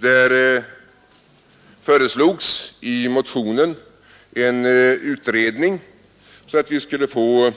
Där föreslogs i motionen en utredning för att skapa